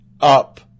up